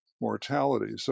mortality